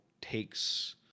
takes